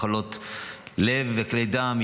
מחלות לב וכלי דם,